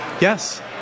Yes